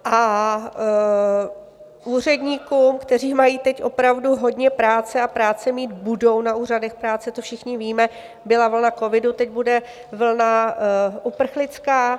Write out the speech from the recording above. A úředníkům, kteří mají teď opravdu hodně práce a práce mít budou na úřadech práce, to všichni víme byla vlna covidu, teď bude vlna uprchlická.